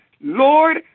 Lord